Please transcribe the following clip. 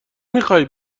میخوایی